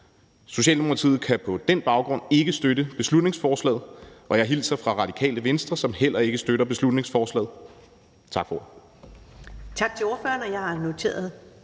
Socialdemokratiet kan på den baggrund ikke støtte beslutningsforslaget. Og jeg hilser fra Radikale Venstre, som heller ikke støtter beslutningsforslaget. Tak for